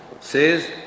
Says